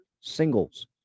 singles